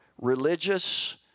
religious